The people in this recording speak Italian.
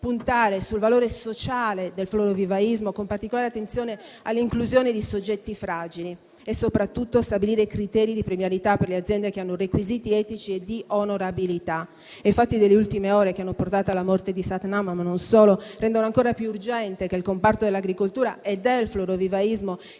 puntare sul valore sociale del florovivaismo, con particolare attenzione all'inclusione di soggetti fragili, e soprattutto stabilire i criteri di premialità per le aziende che hanno requisiti etici e di onorabilità. I fatti delle ultime ore, che hanno portato alla morte Satnam Singh, ma non solo, rendono ancora più urgente che i comparti dell'agricoltura e del florovivaismo